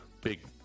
big